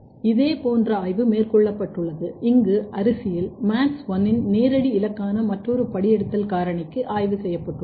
இதே போன்ற ஆய்வு மேற்கொள்ளப்பட்டுள்ளது இங்கு அரிசியில் MADS1 இன் நேரடி இலக்கான மற்றொரு படியெடுத்தல் காரணிக்கு ஆய்வு செய்யப்பட்டுள்ளது